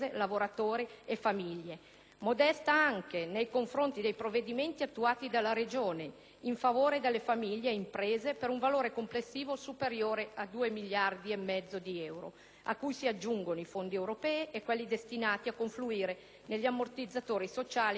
modesta anche rispetto ai provvedimenti attuati dalle Regioni in favore delle famiglie e delle imprese per un valore complessivo superiore ai 2,5 miliardi d'euro, a cui si aggiungono i Fondi europei e quelli destinati a confluire negli armonizzatori sociali a declinazione territoriale.